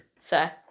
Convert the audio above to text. Sir